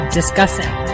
discussing